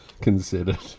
considered